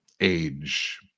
age